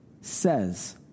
says